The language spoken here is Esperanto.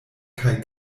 kaj